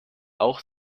auch